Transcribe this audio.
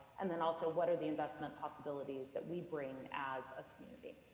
and then also, what are the investment possibilities that we bring as a community?